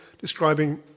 describing